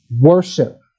worship